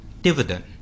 dividend